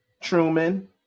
truman